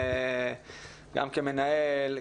גם כמנהל,